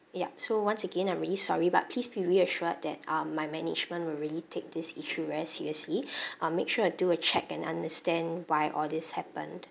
yup so once again I'm really sorry but please be reassured that uh my management will really take this issue very seriously I'll make sure I do a check and understand why all these happened